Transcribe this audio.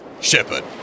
Shepard